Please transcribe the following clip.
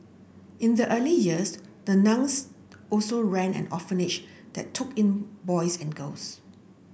in the early years the nuns also ran an orphanage that took in boys and girls